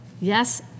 Yes